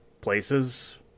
places